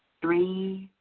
three,